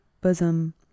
bosom